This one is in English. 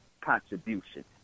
contribution